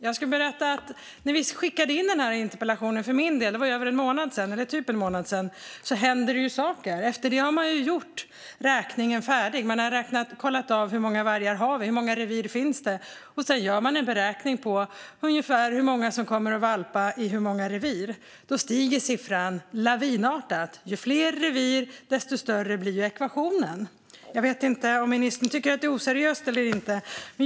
Jag kan berätta att det, sedan jag skickade in denna interpellation för typ en månad sedan, har hänt saker. Efter det har man gjort räkningen färdig och kollat av hur många vargar vi har och hur många revir det finns. Sedan gör man en beräkning av ungefär hur många som kommer att valpa i hur många revir. Då stiger siffran lavinartat. Ju fler revir, desto större blir ekvationen. Jag vet inte om ministern tycker att detta är oseriöst eller inte.